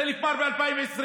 זה נקבר ב-2020.